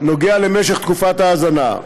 נוגע למשך תקופת ההאזנה.